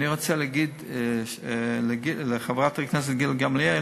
אני רוצה לומר לחברת הכנסת גילה גמליאל: